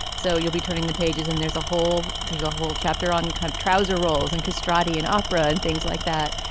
so you'll be turning the pages and there's a whole there's a whole chapter uncut kind of trouser rolls and castrati and opera and things like that.